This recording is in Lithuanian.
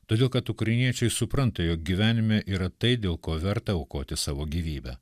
todėl kad ukrainiečiai supranta jog gyvenime yra tai dėl ko verta aukoti savo gyvybę